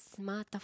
Smartphone